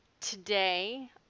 Today